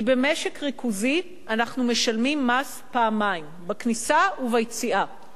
כי במשק ריכוזי אנחנו משלמים מס פעמיים: בכניסה וביציאה.